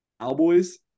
Cowboys